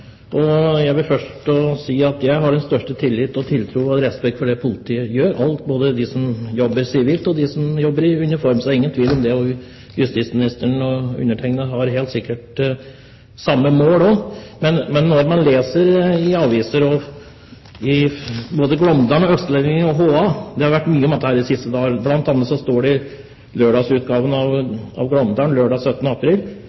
og tiltro til og respekt for det politiet gjør, både dem som jobber sivilt, og dem som jobber i uniform. Det er ingen tvil om det. Justisministeren og jeg har helt sikkert samme mål også. I avisene, både i Glåmdalen, Østlendingen og HA, har det stått mye om dette i de siste dagene. Blant annet står det i Glåmdalen lørdag 17. april: